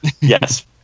Yes